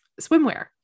swimwear